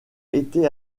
été